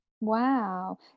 wow